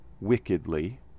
wickedly